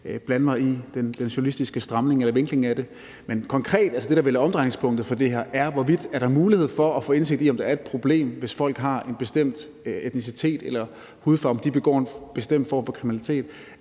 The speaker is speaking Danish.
blande mig i den journalistiske stramning eller vinkling af det. Det konkrete, altså det, der vel er omdrejningspunktet for det her, er, hvorvidt der er mulighed for at få indsigt i, om der er et problem, hvis folk har en bestemt etnicitet eller hudfarve, og om de begår en bestemt form for kriminalitet.